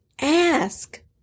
Ask